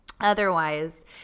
otherwise